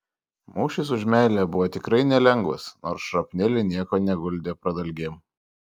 mūšis už meilę buvo tikrai nelengvas nors šrapneliai nieko neguldė pradalgėm